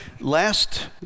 Last